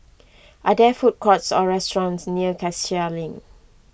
are there food courts or restaurants near Cassia Link